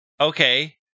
Okay